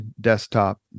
desktop